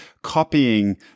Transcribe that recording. copying